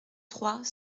trois